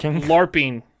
larping